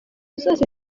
zose